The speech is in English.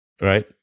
right